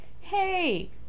hey